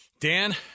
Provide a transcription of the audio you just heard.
Dan